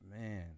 Man